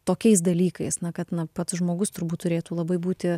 tokiais dalykais na kad na pats žmogus turbūt turėtų labai būti